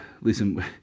listen